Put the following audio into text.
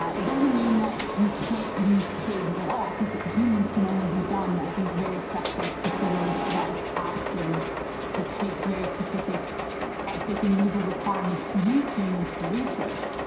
ah it doesn't mean that you can't use pigs at all because humans can only be done at these very specialised facilities like after, and it takes very specific ethic and legal requirements to use humans for research.